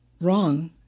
wrong